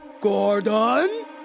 Gordon